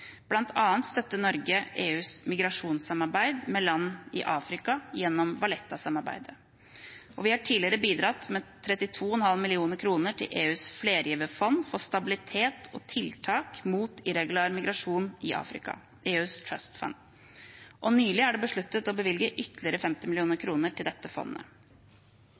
støtter Norge EUs migrasjonssamarbeid med land i Afrika gjennom Valletta-samarbeidet. Vi har tidligere bidratt med 32,5 mill. kr til EUs flergiverfond for stabilitet og tiltak mot irregulær migrasjon i Afrika, EUs Trust Fund, og nylig er det besluttet å bevilge ytterligere 50 mill. kr til dette fondet.